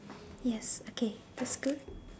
yes okay that's good